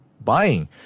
buying